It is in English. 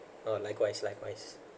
orh likewise likewise